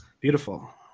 Beautiful